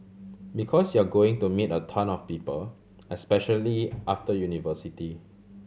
because you're going to meet a ton of people especially after university